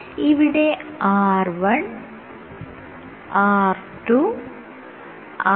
ഇവിടെ r1 r2 r3